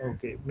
Okay